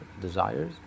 desires